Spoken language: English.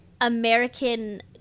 American